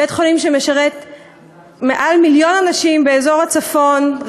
בית-חולים שמשרת מעל מיליון אנשים באזור הצפון,